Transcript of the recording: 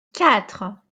quatre